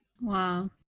Wow